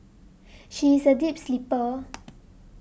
she is a deep sleeper